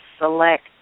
select